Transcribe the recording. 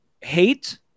Hate